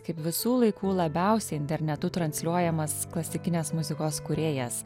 kaip visų laikų labiausiai internetu transliuojamas klasikinės muzikos kūrėjas